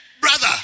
brother